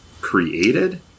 created